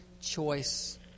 choice